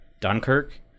Dunkirk